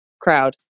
crowd